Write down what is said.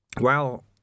Well